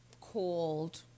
called